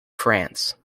france